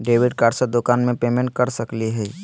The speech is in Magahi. डेबिट कार्ड से दुकान में पेमेंट कर सकली हई?